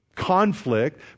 conflict